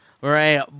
Right